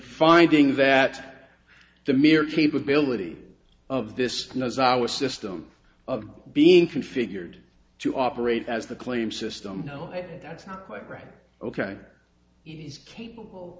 finding that the mere capability of this knows our system of being configured to operate as the claim system no that's not quite right ok he's capable